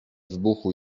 wybuchu